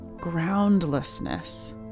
groundlessness